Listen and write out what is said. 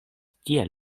tiel